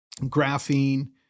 graphene